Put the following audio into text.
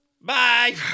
Bye